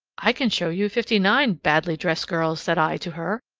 i can show you fifty-nine badly dressed girls, said i to her,